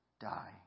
die